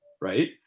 right